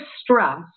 stress